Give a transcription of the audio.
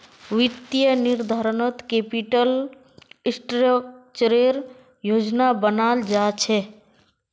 वित्तीय निर्धारणत कैपिटल स्ट्रक्चरेर योजना बनाल जा छेक